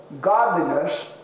godliness